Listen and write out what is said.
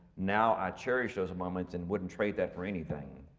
now i cherish those moments and wouldn't trade that for anything.